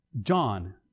John